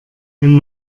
wenn